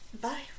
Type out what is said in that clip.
Bye